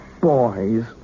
Boys